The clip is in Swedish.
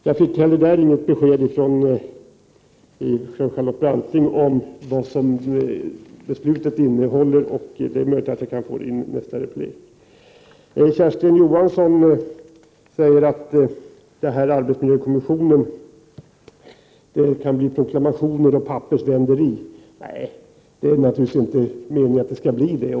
Jag fick heller inget besked från Charlotte Branting om vad beslutet innehåller. Det är möjligt att jag kan få det i nästa replik. Kersti Johansson säger att arbetsmiljökommissionen kan bli proklamationer och pappersvänderi. Nej, det är naturligtvis inte meningen.